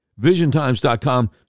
VisionTimes.com